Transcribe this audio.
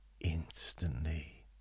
instantly